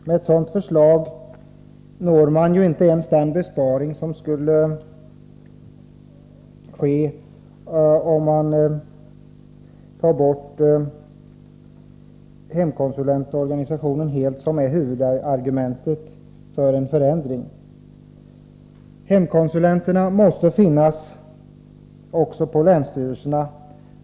Med ett sådant förslag når man inte ens den besparing som skulle ske om man tar bort hemkonsulentorganisationen helt, vilket är huvudargumentet för en förändring. Hemkonsulenterna måste finnas också på länsstyrelserna.